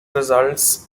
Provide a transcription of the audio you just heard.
results